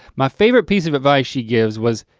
my favorite piece of advice she gives was,